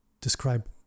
describe